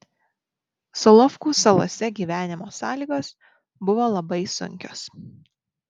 solovkų salose gyvenimo sąlygos buvo labai sunkios